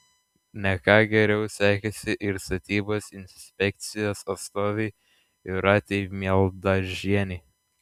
ne ką geriau sekėsi ir statybos inspekcijos atstovei jūratei mieldažienei